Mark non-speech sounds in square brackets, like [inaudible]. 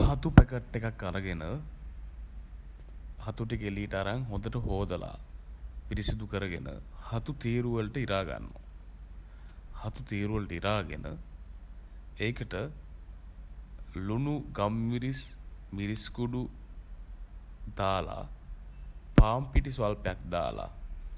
හතු packet එකක් අරගෙන [hesitation] හතු ටික එළියට අරන් හොඳට හෝදලා [hesitation] පිරිසිදු කරගෙන [hesitation] හතු තීරු වලට ඉරා ගන්නවා. හතු තීරු වලට ඉරාගෙන [hesitation] ඒකට [hesitation] ලුණු [hesitation] ගම්මිරිස් [hesitation] මිරිස් කුඩු [hesitation] දාල [hesitation] පාන් පිටි ස්වල්පයක් දාලා